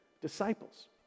disciples